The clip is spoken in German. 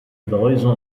läuse